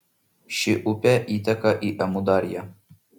ši upė įteka į amudarją